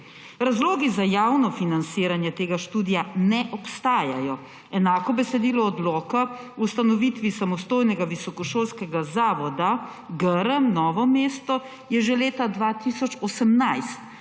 Razlogi za javno financiranje tega študija ne obstajajo. Enako besedilo odloka o ustanovitvi samostojnega visokošolskega zavoda Grm Novo mesto je že leta 2018